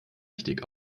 richtig